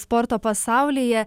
sporto pasaulyje